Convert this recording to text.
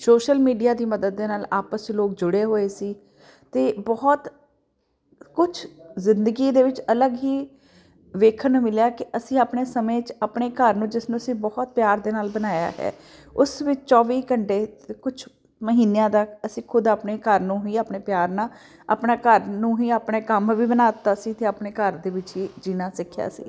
social media ਦੀ ਮਦਦ ਦੇ ਨਾਲ ਆਪਸ 'ਚ ਲੋਕ ਜੁੜੇ ਹੋਏ ਸੀ ਅਤੇ ਬਹੁਤ ਕੁਛ ਜ਼ਿੰਦਗੀ ਦੇ ਵਿੱਚ ਅਲੱਗ ਹੀ ਵੇਖਣ ਨੂੰ ਮਿਲਿਆ ਕਿ ਅਸੀਂ ਆਪਣੇ ਸਮੇਂ 'ਚ ਆਪਣੇ ਘਰ ਨੂੰ ਜਿਸ ਨੂੰ ਅਸੀਂ ਬਹੁਤ ਪਿਆਰ ਦੇ ਨਾਲ ਬਣਾਇਆ ਹੈ ਉਸ ਵਿੱਚ ਚੌਵੀ ਘੰਟੇ ਕੁਛ ਮਹੀਨਿਆਂ ਦਾ ਅਸੀਂ ਖੁਦ ਆਪਣੇ ਘਰ ਨੂੰ ਹੀ ਆਪਣੇ ਪਿਆਰ ਨਾਲ ਆਪਣੇ ਘਰ ਨੂੰ ਹੀ ਆਪਣੇ ਕੰਮ ਵੀ ਬਣਾ ਦਿੱਤਾ ਸੀ ਅਤੇ ਆਪਣੇ ਘਰ ਦੇ ਵਿੱਚ ਹੀ ਜੀਣਾ ਸਿੱਖਿਆ ਸੀ